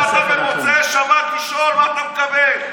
באת במוצאי שבת לשאול מה אתה מקבל.